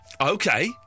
Okay